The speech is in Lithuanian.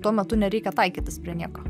tuo metu nereikia taikytis prie nieko